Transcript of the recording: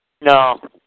No